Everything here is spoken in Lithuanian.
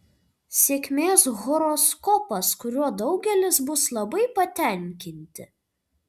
sėkmės horoskopas kuriuo daugelis bus labai patenkinti